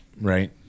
right